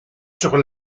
sur